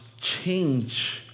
change